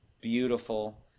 beautiful